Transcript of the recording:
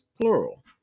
plural